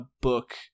book